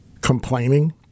complaining